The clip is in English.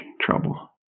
trouble